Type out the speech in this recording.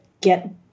get